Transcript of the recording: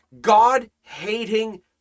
God-hating